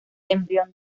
embrión